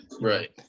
right